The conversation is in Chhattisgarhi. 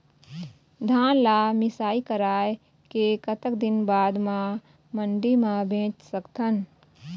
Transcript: धान ला मिसाई कराए के कतक दिन बाद मा मंडी मा बेच सकथन?